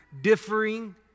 differing